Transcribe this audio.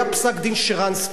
היה פסק-דין שרנסקי,